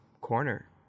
corner